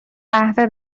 قهوه